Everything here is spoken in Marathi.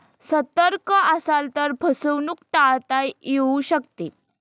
सतर्क असाल तर फसवणूक टाळता येऊ शकते